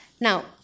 Now